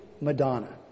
Madonna